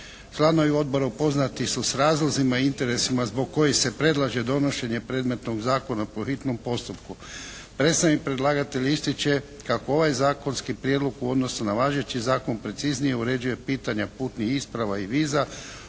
Članovi Odbora upoznati su s razlozima i interesima zbog kojih se predlaže donošenje predmetnog Zakona po hitnom postupku. Predstavnik predlagatelja ističe kako ovaj zakonski prijedlog u odnosu na važeći zakon preciznije uređuje pitanja putnih isprava i viza,